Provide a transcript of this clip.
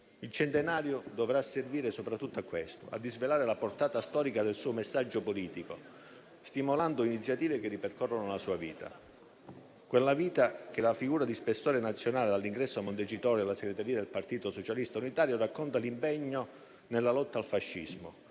Il centenario dovrà servire soprattutto a questo: disvelare la portata storica del suo messaggio politico, stimolando iniziative che ripercorrano la sua vita, che, da figura di spessore nazionale all'ingresso a Montecitorio alla segreteria del Partito Socialista Unitario, racconta l'impegno nella lotta al fascismo,